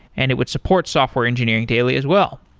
and it would support software engineering daily as well.